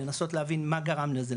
לנסות להבין מה גרם לזה,